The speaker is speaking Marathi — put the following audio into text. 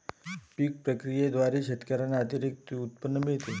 पीक प्रक्रियेद्वारे शेतकऱ्यांना अतिरिक्त उत्पन्न मिळते